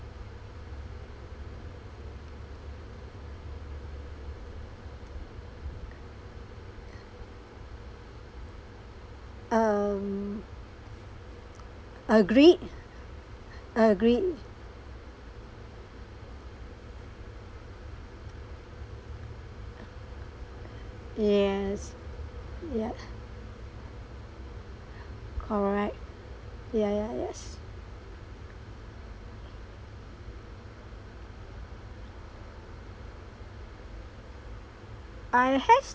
um agreed agreed yes ya correct ya ya yes I have